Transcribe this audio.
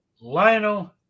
Lionel